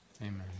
Amen